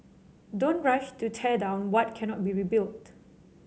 don't rush to tear down what cannot be rebuilt